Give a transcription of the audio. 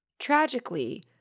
Tragically